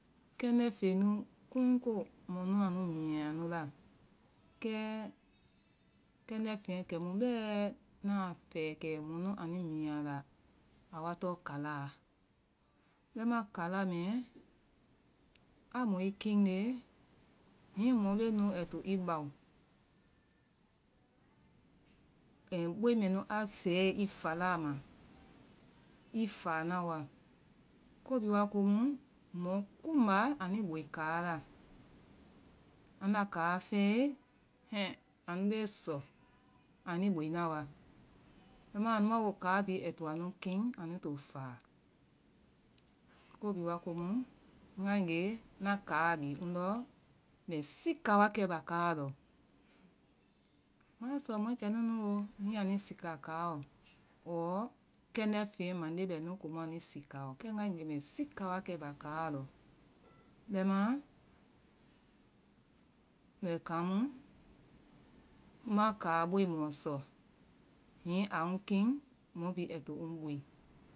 Kɛnde fɛŋɛ nu kun koo, mɔ nu anui millnyaa ala. Kɛ kɛndɛ fɛnyɛ kɛmu bɛɛ anui miinyaa anula awa tɔ kalaha. Bɛimaa kala mɛɛ a nbee, nu ai to i bao, i boi mɛny a sɛɛlee i falaha ma, i faha naa wa, ko bhii wa waa komu mɔ kulwmba anui boi kala la anda kala fɛɛlee i anu bee sɔ, anui bai naa wa bɛimaa anu ma woo kala bhii ai lo onu kin anui to faha. Ko bihi waha komu ngɛa kala bi ŋ ɗɔ mbɛ sika wa kɛ wa kɛ kalaha lɔ. Maa sɔ mcɛ kɛŋuno hiŋi anui sika kala lɔ ɔɔ, kɛndɛ fen mande bɛnu kɛmu anui siaka alɔ ɔɔ kɛndɛ fege mande bɛnu kɛmu anii sika a lɔ bɛimaa mbɛ kan mu ma kala boi mɔɔ sɔ hini aa ŋ kin mɔ bihi ai to n boi.